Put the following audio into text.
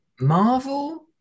Marvel